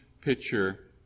picture